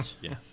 Yes